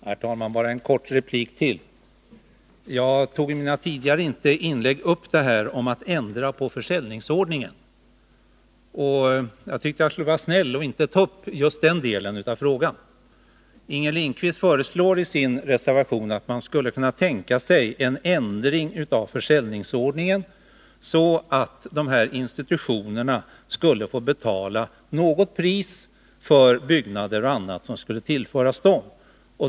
Herr talman! Bara en kort replik till. Jag tog i mina tidigare inlägg inte upp frågan om att ändra försäljningsförordningen, för jag tyckte att jag skulle vara snäll. Inger Lindquist säger i sin reservation att man skulle kunna tänka sig en ändring av försäljningsförordningen så att institutionerna skulle få betala ”ett rimligt pris” för byggnader och annat som tillförs dem.